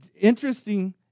interesting